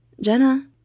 Jenna